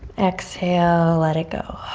exhale let it go.